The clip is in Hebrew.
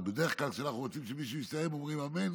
בדרך כלל כשאנחנו רוצים שמישהו יסיים אומרים "אמן".